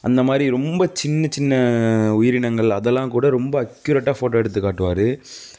அந்த மாதிரி ரொம்ப சின்ன சின்ன உயிரினங்கள் அதெல்லாம்கூட ரொம்ப அக்யூரேட்டாக ஃபோட்டோ எடுத்து காட்டுவார்